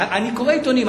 אני קורא עיתונים,